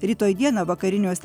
rytoj dieną vakariniuose